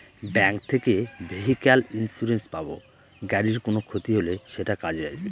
bank থেকে vehicle insurance পাব গাড়ির কোনো ক্ষতি হলে সেটা কাজে আসবে